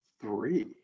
Three